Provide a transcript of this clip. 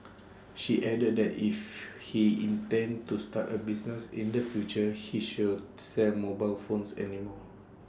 she added that if he intends to start A business in the future he should sell mobile phones any more